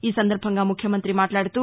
ఈ సందర్బంగా ముఖ్యమంతి మాట్లాడుతూ